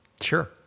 Sure